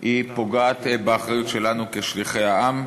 היא פוגעת באחריות שלנו כשליחי העם.